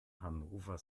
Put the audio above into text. hannover